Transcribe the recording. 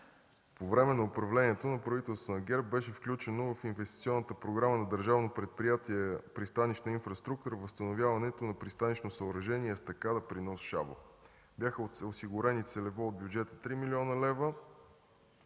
По време на управлението на правителството на ГЕРБ беше включено в инвестиционната програма на Държавно предприятие „Пристанищна инфраструктура” възстановяването на пристанищно съоръжение „Естакада при нос Шабла”. Бяха осигурени целево от бюджета 3 млн. лв.